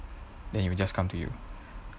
then it'll just come to you